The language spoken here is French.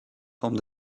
forme